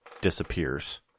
disappears